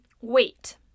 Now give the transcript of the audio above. wait